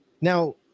Now